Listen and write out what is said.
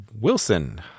Wilson